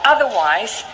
Otherwise